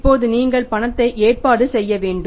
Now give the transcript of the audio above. இப்போது நீங்கள் பணத்தை ஏற்பாடு செய்ய வேண்டும்